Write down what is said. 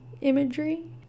imagery